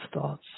thoughts